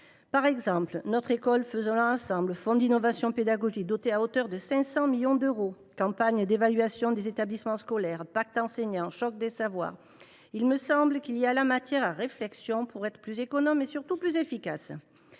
Démarche « Notre école, faisons la ensemble !», fonds d’innovation pédagogique, doté de quelque 500 millions d’euros, campagne d’évaluation des établissements scolaires, pacte enseignant, choc des savoirs… Il me semble qu’il y a là matière à réflexion pour être plus économe et, surtout, plus efficace.